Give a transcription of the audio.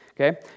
okay